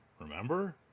Remember